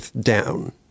down